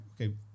okay